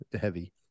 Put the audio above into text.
heavy